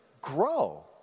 grow